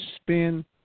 spin